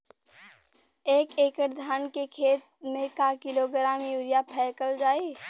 एक एकड़ धान के खेत में क किलोग्राम यूरिया फैकल जाई?